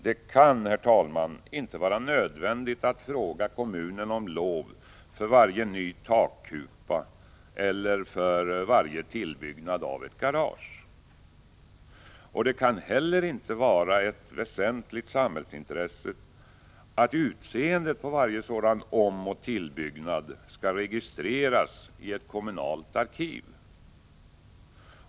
Det kan, herr talman, inte vara nödvändigt att fråga kommunen om lov för varje ny takkupa eller för varje tillbyggnad av ett garage. Det kan heller inte vara ett väsentligt samhällsintresse att utseendet på varje sådan omeller tillbyggnad skall registreras i ett kommunalt arkiv.